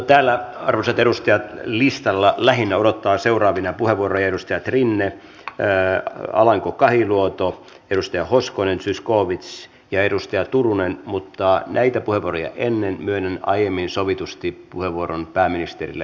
täällä arvoisat edustajat listalla lähinnä odottavat seuraavina puheenvuoroja edustajat rinne alanko kahiluoto edustaja hoskonen zyskowicz ja edustaja turunen mutta näitä puheenvuoroja ennen myönnän aiemmin sovitusti puheenvuoron pääministerille